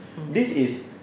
mm